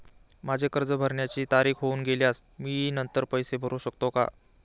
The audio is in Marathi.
माझे कर्ज भरण्याची तारीख होऊन गेल्यास मी नंतर पैसे भरू शकतो का?